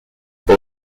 boy